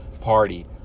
party